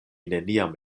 neniam